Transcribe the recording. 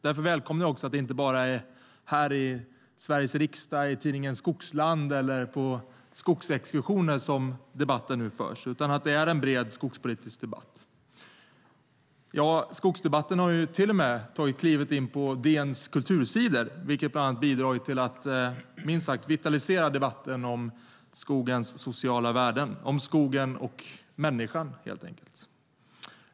Därför välkomnar jag att det inte bara är här i Sveriges riksdag, i tidningen Skogsland eller på skogsexkursioner som skogsdebatten nu förs utan att det är en bred skogspolitisk debatt. Skogsdebatten har till och med tagit klivit in på DN:s kultursidor, vilket bland annat bidragit till att vitalisera debatten om skogens sociala värden, om skogen och människan helt enkelt.